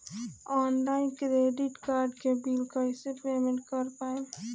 Online credit card के bill कइसे payment कर पाएम?